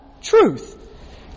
truth